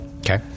Okay